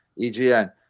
EGN